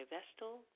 Vestal